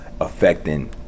affecting